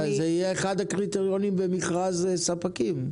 זה יהיה אחד הקריטריונים במכרז ספקים.